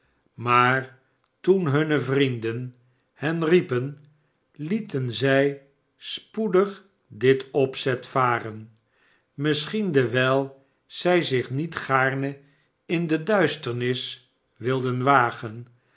maar toen hunne vrienden hen riepen lieten zij spoedig dit opzet varen misschien dewijl zij zich niet gaarne in de duisternis wilden wagen